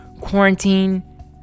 quarantine